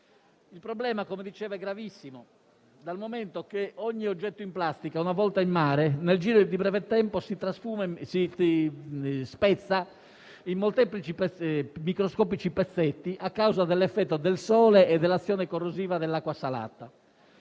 Il problema - come dicevo - è gravissimo, dal momento che ogni oggetto in plastica, una volta in mare, nel giro di breve tempo si spezza in molteplici microscopici pezzetti a causa dell'effetto del sole e dell'azione corrosiva dell'acqua salata.